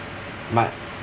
my